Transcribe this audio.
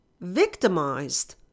victimized